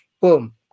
boom